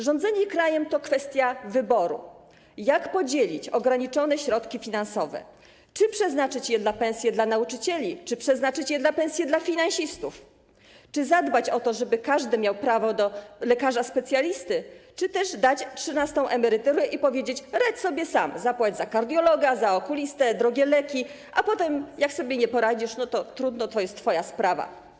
Rządzenie krajem to kwestia wyboru, jak podzielić ograniczone środki finansowe: czy przeznaczyć je na pensje dla nauczycieli, czy przeznaczyć je na pensje dla finansistów, czy zadbać o to, żeby każdy miał prawo do wizyty u lekarza specjalisty, czy też dać trzynastą emeryturę i powiedzieć: radź sobie sam, zapłać za kardiologa, za okulistę, za drogie leki, a jak sobie nie poradzisz, to trudno, to twoja sprawa.